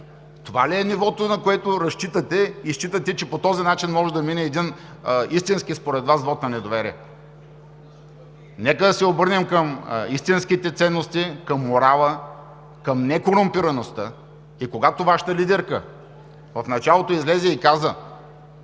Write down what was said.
Това ли е нивото, на което разчитате? Считате ли, че по този начин може да мине един истински, според Вас, вот на недоверие? Нека да се обърнем към истинските ценности, към морала, към некорумпираността, и когато Вашата лидерка в началото излезе и каза: